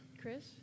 Chris